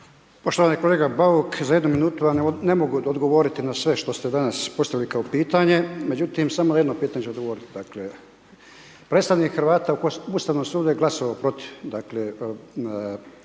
Poštovani kolega Bauk, za jednu minutu vam ne mogu odgovoriti na sve što ste danas postavili kao pitanje, međutim samo jedno pitanje ću odgovoriti. Dakle, predstavnik Hrvata u Ustavnom sudu je glasovao